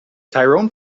tyrone